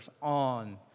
on